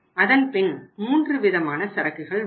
அதன்பின் மூன்று விதமான சரக்குகள் உள்ளன